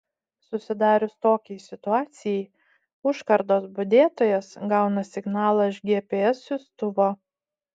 susidarius tokiai situacijai užkardos budėtojas gauna signalą iš gps siųstuvo